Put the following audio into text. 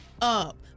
up